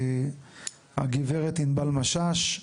הגברת ענבל משש,